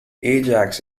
ajax